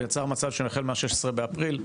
ויצר מצב שהחל מה-16 באפריל,